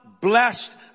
blessed